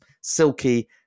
silky